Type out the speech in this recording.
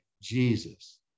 Jesus